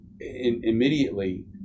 immediately